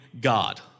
God